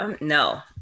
no